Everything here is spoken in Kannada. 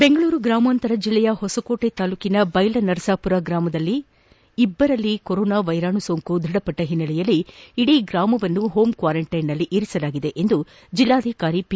ಬೆಂಗಳೂರು ಗ್ರಾಮಾಂತರ ಜಿಲ್ಲೆಯ ಹೊಸಕೋಟೆ ತಾಲೂಕಿನ ಬೈಲನರಸಾಪುರದ ಇಬ್ಬರಲ್ಲಿ ಕೊರೊನಾ ವೈರಾಣು ಸೋಂಕು ದೃಢಪಟ್ಟ ಹಿನ್ನೆಲೆಯಲ್ಲಿ ಇಡೀ ಗ್ರಾಮವನ್ನು ಹೋಮ್ ಕ್ವಾರೆಂಟ್ಟಿನ್ನಲ್ಲಿ ಇರಿಸಲಾಗಿದೆ ಎಂದು ಜಿಲ್ಲಾಧಿಕಾರಿ ಪಿ